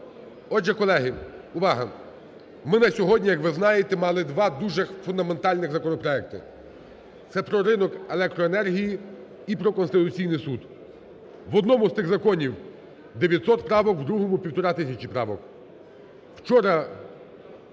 Отже, колеги, увага! Ми на сьогодні, як ви знаєте, мали дуже фундаментальних законопроекти. Це про ринок електроенергії і про Конституційний Суд. В одному з тих законів 900 правок. В другому півтори тисячі правок.